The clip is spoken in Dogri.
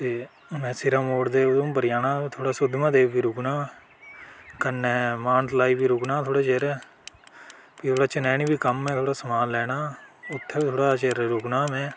ते में सिरा मोड़ ते उधमपुर जाना थोह्ड़ा सुद्ध महादेव बी रुकना कन्नै मानतलाई बी रुकना थोह्ड़े चिर फ्ही ओह्दे बाद चनैनी बी कम्म ऐ थोह्ड़ा समान लैना उत्थै बी थोह्ड़े चिर रुकना में